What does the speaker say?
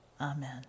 amen